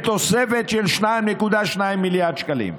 בתוספת של 2.2 מיליארד שקלים,